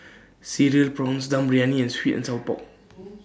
Cereal Prawns Dum Briyani and Sweet and Sour Pork